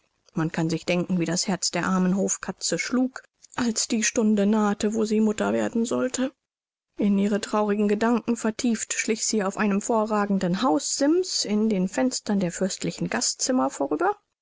man kann sich denken wie das herz der armen hofkatze schlug als die stunde nahte wo sie mutter werden sollte in ihre traurigen gedanken vertieft schlich sie auf einem vorragenden haussims in den fenstern der fürstlichen gastzimmer vorüber